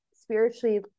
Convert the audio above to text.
spiritually